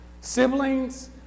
Siblings